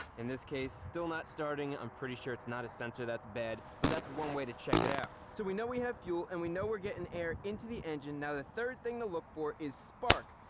in this case, still not starting. i'm pretty sure it's not a sensor that's bad. but that's one way to check it out. so we know we have fuel and we know we're getting air into the engine, now the third thing to look for is spark.